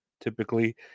typically